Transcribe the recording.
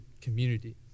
community